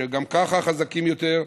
אשר גם ככה הם חזקים יותר,